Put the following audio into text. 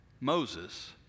Moses